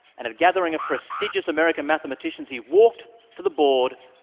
and at a gathering of prestigious american mathematicians, he walked to the board,